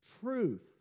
truth